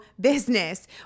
business